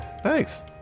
Thanks